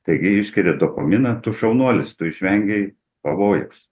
taigi išskiria dopaminą tu šaunuolis tu išvengei pavojaus